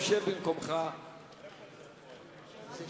אדוני